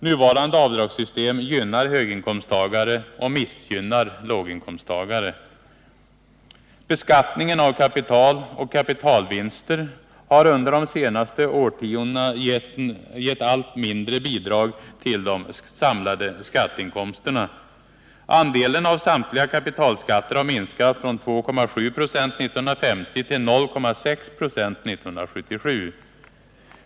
Nuvarande avdragssystem gynnar höginkomsttagare och missgynnar låginkomsttagare. Beskattningen av kapital och kapitalvinster har under de senaste årtiondena gett ett allt mindre bidrag till de samlade skatteinkomsterna. Andelen av samtliga kapitalskatter har minskat från 2,7 26 1950 till 0,6 26 1977.